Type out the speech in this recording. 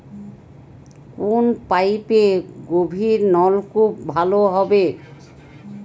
কোন পাইপে গভিরনলকুপ ভালো হবে?